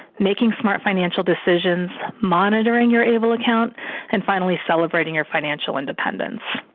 making smart financial decisions, monitoring your able account and finally, celebrating your financial independence.